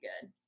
good